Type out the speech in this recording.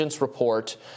Report